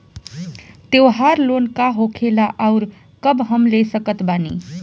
त्योहार लोन का होखेला आउर कब हम ले सकत बानी?